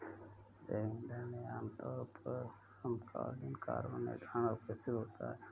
जैव ईंधन में आमतौर पर समकालीन कार्बन निर्धारण उपस्थित होता है